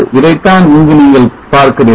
அதைத்தான் இங்கு நீங்கள் பார்க்கிறீர்கள்